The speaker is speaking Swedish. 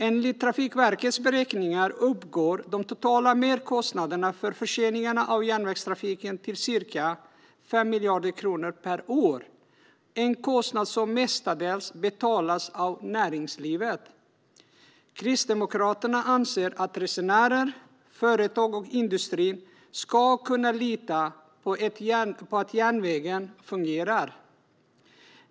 Enligt Trafikverkets beräkningar uppgår de totala merkostnaderna för förseningarna i järnvägstrafiken till ca 5 miljarder kronor per år, en kostnad som mestadels betalas av näringslivet. Kristdemokraterna anser att resenärer, företag och industri ska kunna lita på att järnvägen fungerar.